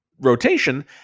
rotation